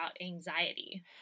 anxiety